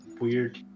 weird